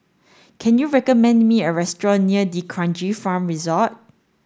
can you recommend me a restaurant near D'Kranji Farm Resort